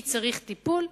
מי צריך טיפול,